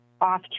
off